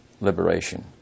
liberation